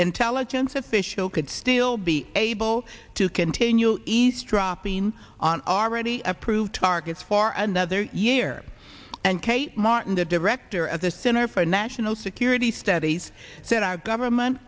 intelligence official could still be able to continue east drop in on are already approved targets for another year and kate martin the director of the center for national security studies said our government